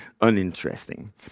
uninteresting